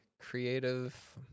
creative